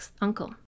uncle